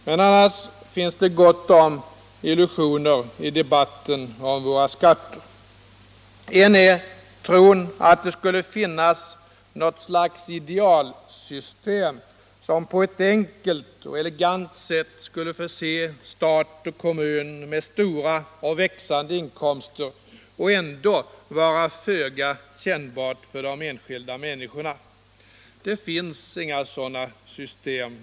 Men annars finns det gott om illusioner i debatten om våra skatter. En är tron att det skulle finnas något slags idealsystem, som på ett enkelt och elegant sätt skulle förse stat och kommun med stora och växande inkomster men ändå vara föga kännbart för de enskilda människorna. Det finns inga sådana system.